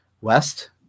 West